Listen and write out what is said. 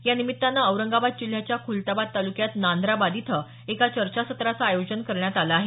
या निमित्तानं औरंगाबाद जिल्ह्याच्या खुलताबाद तालुक्यात नांद्राबाद इथं एका चर्चासत्राचं आयोजन करण्यात आलं आहे